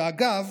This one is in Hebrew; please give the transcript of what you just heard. אגב,